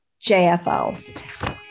JFO